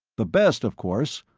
the best, of course,